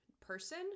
person